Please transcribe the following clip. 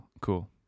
cool